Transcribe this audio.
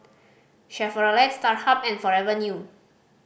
Chevrolet Starhub and Forever New